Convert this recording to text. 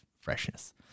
freshness